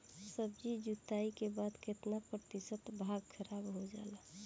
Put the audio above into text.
सब्जी तुराई के बाद केतना प्रतिशत भाग खराब हो जाला?